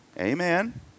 Amen